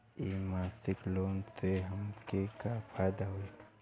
इ मासिक लोन से हमके का फायदा होई?